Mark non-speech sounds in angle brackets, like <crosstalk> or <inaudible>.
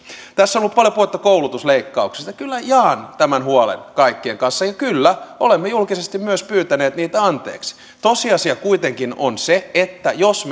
tässä on ollut paljon puhetta koulutusleikkauksista kyllä jaan tämän huolen kaikkien kanssa ja kyllä olemme julkisesti myös pyytäneet niitä anteeksi tosiasia kuitenkin on se että jos <unintelligible>